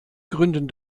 gründen